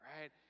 right